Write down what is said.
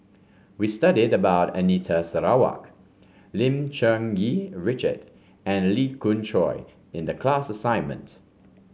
we studied about Anita Sarawak Lim Cherng Yih Richard and Lee Khoon Choy in the class assignment